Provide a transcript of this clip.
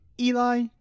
Eli